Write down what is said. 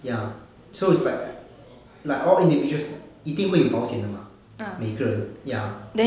ya so is like uh like all individuals 一定会有保险的吗每一个人 ya